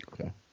Okay